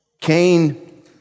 Cain